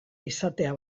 izatea